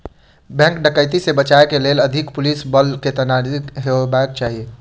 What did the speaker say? bank डकैती से बचय के लेल अधिक पुलिस बल के तैनाती हेबाक चाही